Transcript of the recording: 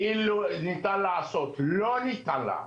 אילו ניתן לעשות, לא ניתן לעשות.